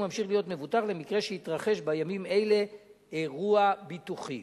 ממשיך להיות מבוטח למקרה שיתרחש בימים אלה אירוע ביטוחי.